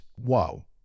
Wow